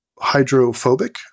hydrophobic